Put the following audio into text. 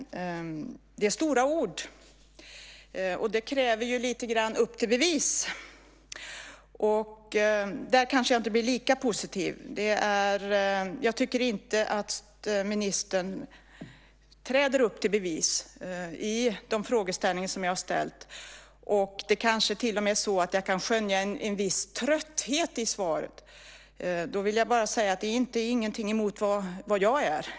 Det är stora ord, och det kräver lite grann upp till bevis. Där kanske jag inte blir lika positiv. Jag tycker inte att ministern träder upp till bevis i de frågor som jag har ställt. Jag kanske till och med kan skönja en viss trötthet i svaret. Då vill jag bara säga att det inte är något emot vad jag är.